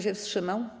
się wstrzymał?